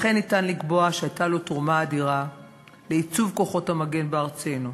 לכן ניתן לקבוע שהייתה לו תרומה אדירה לעיצוב כוחות המגן בארצנו.